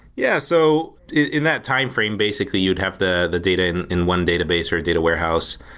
yeah. so in that timeframe, basically, you'd have the the data in in one database or a data warehouse.